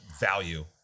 value